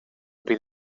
bydd